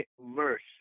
mercy